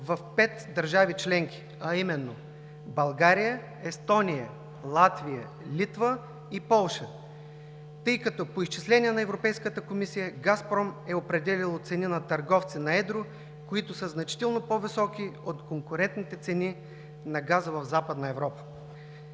в пет държави членки: България, Естония, Латвия, Литва и Полша, тъй като по изчисления на Европейската комисия „Газпром“ е определял цени на търговци на едро, които са значително по-високи от конкурентните цени на газ в Западна Европа.